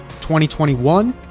2021